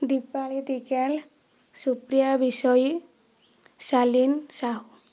Dipali Digal Supriya Bishoi Salin Sahu